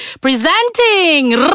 Presenting